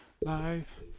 life